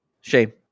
Shame